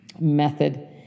method